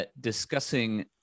discussing